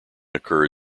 occur